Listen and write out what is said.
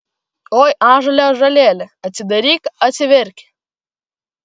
oi ąžuole ąžuolėli atsidaryk atsiverki